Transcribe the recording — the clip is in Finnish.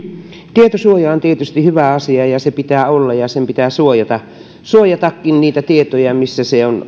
tietosuoja on tietysti hyvä asia ja se pitää olla ja sen pitääkin suojata tietoja siellä missä se